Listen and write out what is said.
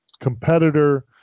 competitor